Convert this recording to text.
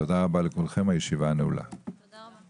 תודה רבה